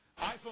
iPhone